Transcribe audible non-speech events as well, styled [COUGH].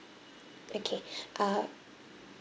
okay [BREATH] uh